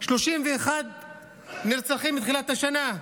31 נרצחים מתחילת השנה.